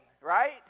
right